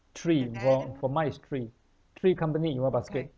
three for for mine is three three company in one basket